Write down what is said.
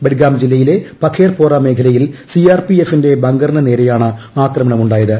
ബഡ്ഗാം ജില്ലയിലെ പഖേർ പോറാ മേഖലയിൽ സിആർഫിഎഫിന്റെ ബങ്കറിന് നേരെയാണ് ആക്രമണമുണ്ടായത്